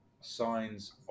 signs